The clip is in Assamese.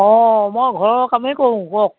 অঁ মই ঘৰৰ কামেই কৰোঁ কওক